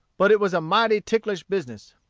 but it was a mighty ticklish business.